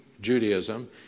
Judaism